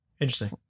Interesting